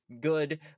good